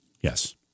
Yes